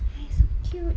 !hais! so cute